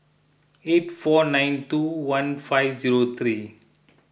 eight four nine two one five zero three